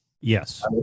Yes